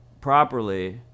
properly